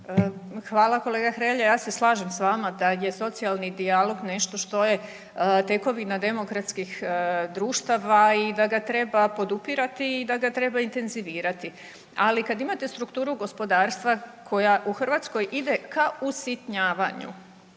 lijepa kolega Hrelja. Ja se slažem s vama da je socijalni dijalog nešto što je tekovina demokratskih društava i da ga treba podupirati i da ga treba intenzivirati. Ali kada imate strukturu gospodarstva koja u Hrvatskoj ide ka usitnjavanju